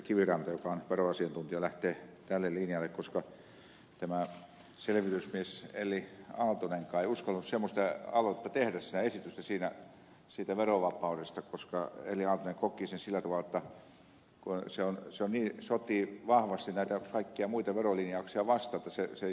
kiviranta joka on veroasiantuntija lähtee tälle linjalle koska tämä selvitysmies elli aaltonenkaan ei uskaltanut semmoista aloitetta tehdä esitystä siitä verovapaudesta koska elli aaltonen koki sen sillä tavalla jotta se sotii niin vahvasti näitä kaikkia muita verolinjauksia vastaan että hän jätti pois sen siitä